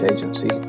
Agency